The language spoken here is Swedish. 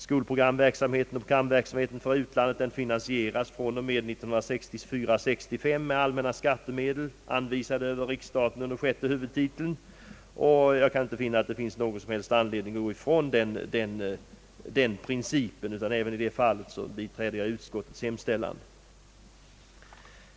Skolprogramverksamheten och programverksamheten för utlandet finansieras från och med budgetåret 1964/65 med allmänna skattemedel, anvisade över riksstaten under sjätte huvudtiteln. Jag kan inte inse att det finns någon som helst anledning att gå ifrån den redan antagna principen. Också på denna punkt biträder jag därför utskottets hemställan.